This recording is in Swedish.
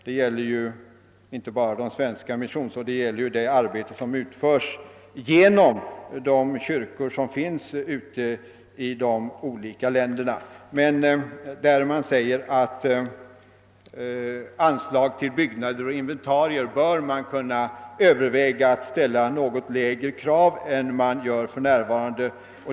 Det gäller ju inte bara den svenska mis sionen utan det gäller det arbete som utförs genom de kyrkor som finns i de olika länderna. Man säger: »När det gäller t.ex. anslag till byggnader och inventarier bör lägre krav än nu ställas på organisationernas egna bidrag.